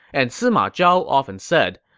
and sima zhao often said,